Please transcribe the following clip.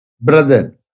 brother